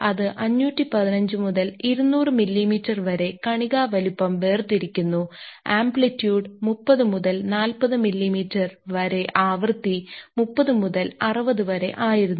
അത് 515 മുതൽ 200 മില്ലിമീറ്റർ വരെ കണിക വലുപ്പം വേർതിരിക്കുന്നു ആംപ്ലിറ്റ്യൂഡ് 30 മുതൽ 40 മില്ലിമീറ്റർ വരെ ആവൃത്തി 30 മുതൽ 60 വരെ ആയിരുന്നു